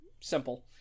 simple